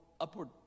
upward